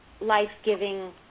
life-giving